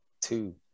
two